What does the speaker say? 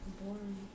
boring